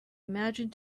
imagined